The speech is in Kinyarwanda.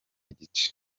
igice